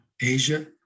Asia